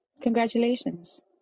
Congratulations